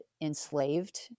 enslaved